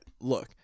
look